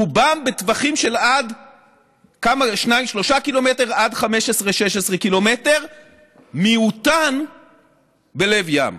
רובן בטווחים של 3-2 קילומטר עד 16-15 קילומטר ומיעוטן בלב ים.